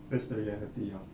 that's the reality